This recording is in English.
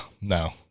No